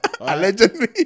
Allegedly